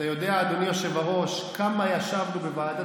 אתה יודע, אדוני היושב-ראש, כמה ישבנו בוועדת